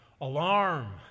alarm